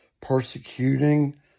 persecuting